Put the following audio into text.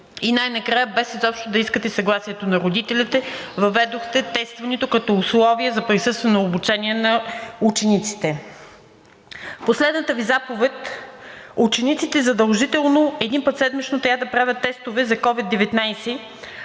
и най-накрая, без изобщо да искате съгласието на родителите, въведохте тестването като условие за присъствено обучение на учениците. Според последната Ви заповед учениците задължително един път седмично трябва да правят тестове за COVID-19,